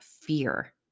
fear